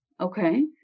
Okay